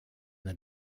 the